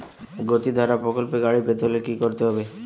গতিধারা প্রকল্পে গাড়ি পেতে হলে কি করতে হবে?